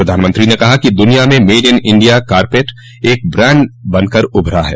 प्रधानमंत्री ने कहा कि दुनिया में मेड इन इण्डिया कारपेट एक ब्राण्ड बनकर उभरा है